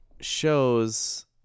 shows